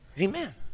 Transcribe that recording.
Amen